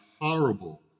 horrible